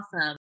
awesome